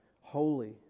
holy